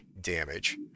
damage